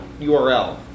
URL